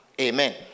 Amen